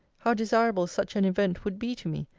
how desirable such an event would be to me,